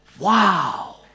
Wow